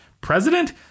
President